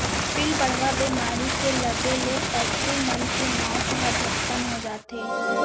पिलबढ़वा बेमारी के लगे ले पसु मन के मौत ह झटकन हो जाथे